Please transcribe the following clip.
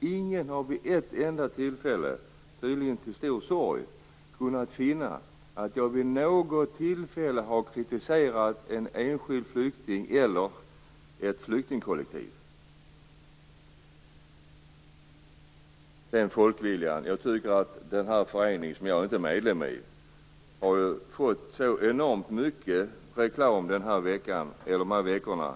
ingen har vid ett enda tillfälle - tydligen till stor sorg - kunnat finna att jag vid något tillfälle har kritiserat en enskild flykting eller ett enskilt flyktingkollektiv. Jag tycker att föreningen Folkviljan och massinvandringen, som jag inte är medlem i, har fått så enormt mycket reklam under de senaste veckorna.